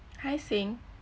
hi xing